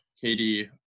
Katie